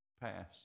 pass